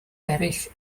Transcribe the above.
eraill